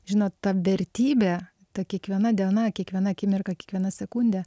žinot ta vertybė ta kiekviena diena kiekviena akimirka kiekviena sekundė